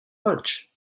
lunch